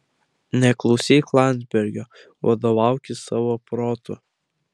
neklausyk landzbergo vadovaukis savo protu